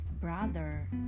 brother